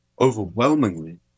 overwhelmingly